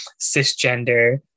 cisgender